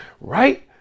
right